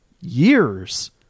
years